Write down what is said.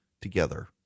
together